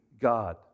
God